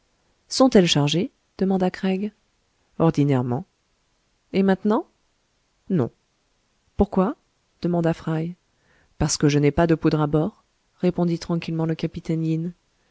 sont-elles chargées demanda craig ordinairement et maintenant non pourquoi demanda fry parce que je n'ai pas de poudre à bord répondit tranquillement le capitaine